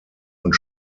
und